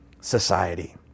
society